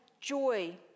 joy